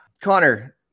Connor